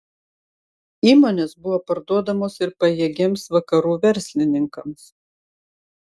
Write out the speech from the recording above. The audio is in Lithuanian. įmonės buvo parduodamos ir pajėgiems vakarų verslininkams